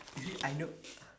you see I know